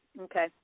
Okay